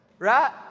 right